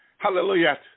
Hallelujah